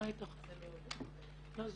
אז